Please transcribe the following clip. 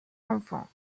enfants